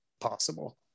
possible